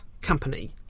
company